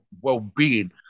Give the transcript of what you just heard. well-being